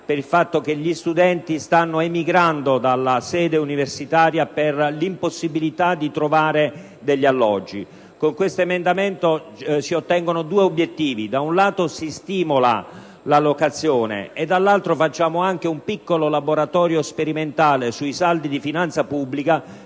per il fatto che gli studenti stanno emigrando dalla sede universitaria per l'impossibilità di trovare degli alloggi. Con questo emendamento si ottengono due obiettivi: da un lato si stimola la locazione e dall'altro facciamo anche un piccolo laboratorio sperimentale sui saldi di finanza pubblica